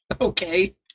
Okay